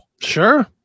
sure